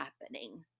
happening